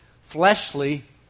fleshly